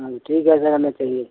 हाँ ठीक है रहने के लिए